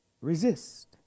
Resist